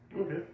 Okay